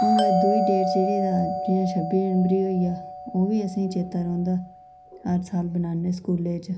ओहदे बाद दूई डेट जेहड़ी तां जियां छब्बीजनबरी होई गेई ओह बी असेंगी चेता रौंहदा हर साल मनाने स्कूलें ते